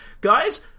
Guys